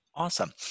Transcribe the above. Awesome